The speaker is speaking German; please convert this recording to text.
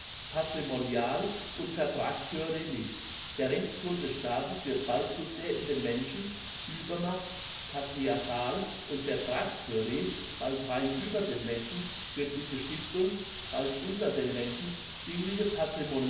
patriarchalpatrimonial und vertragstheorie nicht der rechtsgrund des staates wird bald zu sehr in den menschen uebermachts patriarchal und vertragstheorie bald rein über den menschen göttliche stiftung bald unter den menschen